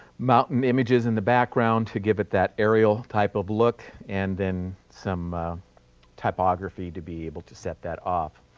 mountain images in the background to give it that aerial type of look, and then some typography to be able to set that off.